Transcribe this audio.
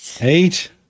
Eight